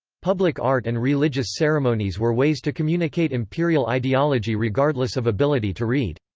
public art and religious ceremonies were ways to communicate imperial ideology regardless of ability to read.